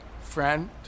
friend